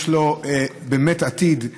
שיש לו באמת עתיד.